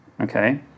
Okay